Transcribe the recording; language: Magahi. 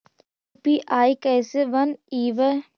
यु.पी.आई कैसे बनइबै?